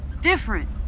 different